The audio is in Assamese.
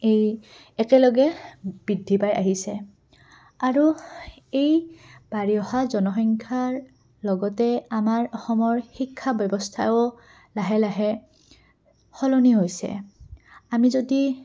এই একেলগে বৃদ্ধি পাই আহিছে আৰু এই বাঢ়ি অহা জনসংখ্যাৰ লগতে আমাৰ অসমৰ শিক্ষা ব্যৱস্থাও লাহে লাহে সলনি হৈছে আমি যদি